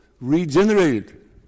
regenerated